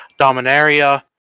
Dominaria